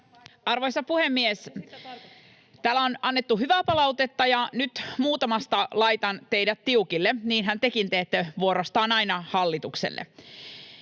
Arvoisa puhemies! Täällä on annettu hyvää palautetta, ja nyt muutamasta laitan teidät tiukille — niinhän tekin teette vuorostanne aina hallitukselle.